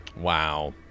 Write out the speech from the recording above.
Wow